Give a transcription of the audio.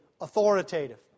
authoritative